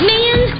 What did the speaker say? Man